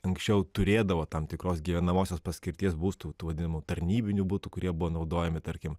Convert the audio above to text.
anksčiau turėdavo tam tikros gyvenamosios paskirties būstų tų vadinamų tarnybinių butų kurie buvo naudojami tarkim